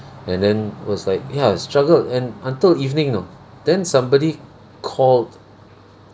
and then was like ya I struggled and until evening you know then somebody called